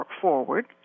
forward